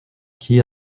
key